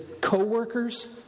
co-workers